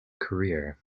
career